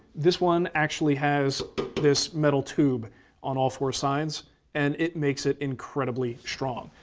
this one actually has this metal tube on all four sides and it makes it incredibly strong.